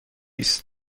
است